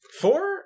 Four